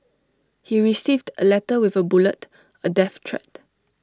he received A letter with A bullet A death threat